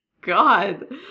God